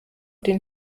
den